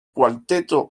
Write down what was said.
cuarteto